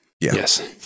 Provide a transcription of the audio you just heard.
yes